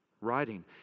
writing